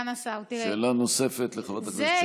שאלה נוספת לחברת הכנסת שקד, בבקשה.